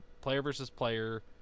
player-versus-player